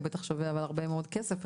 הוא בטח שווה הרבה מאוד כסף,